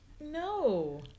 No